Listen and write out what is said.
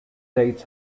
dates